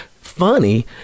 Funny